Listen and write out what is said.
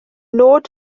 nod